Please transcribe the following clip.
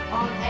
on